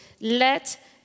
Let